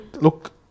look